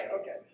okay